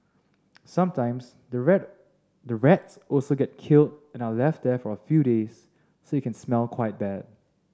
sometimes the rat the rats also get killed and are left there for a few days so it can smell quite bad